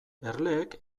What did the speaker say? erleek